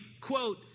quote